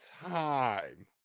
time